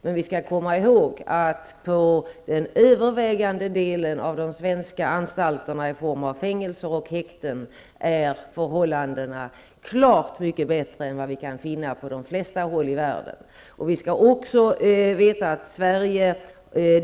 Men vi skall komma ihåg att på den övervägande delen av svenska anstalter i form av fängelser och häkten är förhållandena klart mycket bättre än vad vi kan finna på de flesta håll i världen.